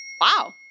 Wow